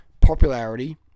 popularity